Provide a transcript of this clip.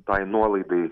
tai nuolaidai